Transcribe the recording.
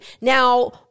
Now